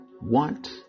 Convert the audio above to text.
want